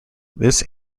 this